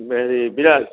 হেৰি বিৰাজ